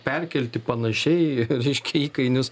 perkelti panašiai reiškia įkainius